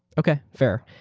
okay, fair.